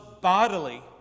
bodily